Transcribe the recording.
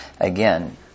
Again